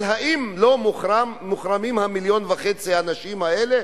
אבל האם מיליון וחצי האנשים האלה